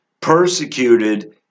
persecuted